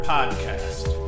Podcast